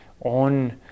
on